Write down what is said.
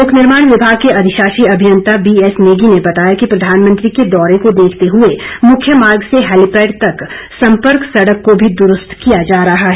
लोक निर्माण विभाग के अधिशासी अभियंता बीएस नेगी ने बताया कि प्रधानमंत्री के दौरे को देखते हुए मुख्य मार्ग से हैलीपैड तक सम्पर्क सड़क को भी दुरूस्त किया जा रहा है